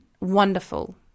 wonderful